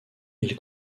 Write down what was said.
ils